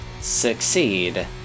succeed